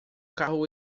carro